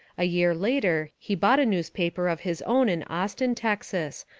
a year later he bought a newspaper of his own in austin, texas,